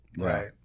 Right